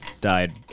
died